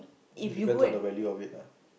depends on the value of it lah